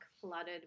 flooded